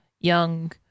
young